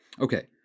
Okay